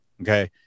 Okay